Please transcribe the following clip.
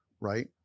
Right